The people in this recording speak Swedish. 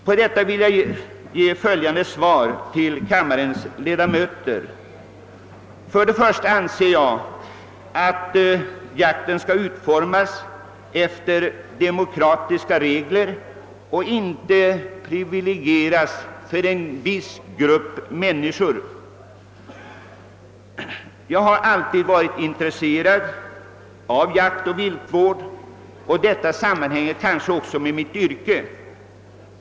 På detta vill jag här i kammaren ge följande svar. Först och främst anser jag att jakten skall utformas efter demokratiska regler och att en viss grupp människor inte skall privilegieras. Jag har alltid varit intresserad av jaktoch viltvård, vilket delvis sammanhänger med mitt yrke.